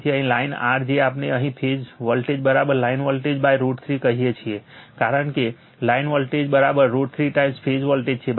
તેથી અહીં line r જેને આપણે અહીં ફેઝ વોલ્ટેજ લાઇન વોલ્ટેજ √ 3 કહીએ છીએ કારણ કે line voltage √ 3 time phase voltage છે